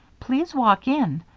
please walk in.